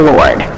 Lord